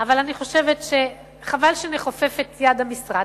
אבל אני חושבת שחבל שנכופף את יד המשרד.